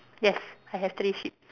yes I have three sheeps